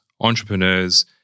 entrepreneurs